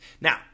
Now